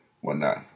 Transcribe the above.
whatnot